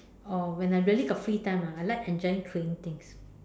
or when I really got free time ah I like enjoying throwing things